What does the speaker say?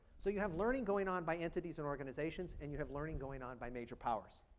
so you have learning going on by entities and organizations and you have learning going on by major powers.